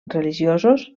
religiosos